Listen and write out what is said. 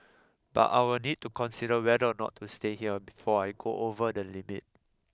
but I'll need to consider whether or not to stay here before I go over the limit